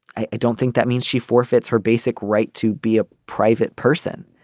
i don't think that means she forfeits her basic right to be a private person